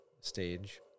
stage